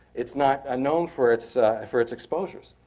it's not ah known for its for its exposures.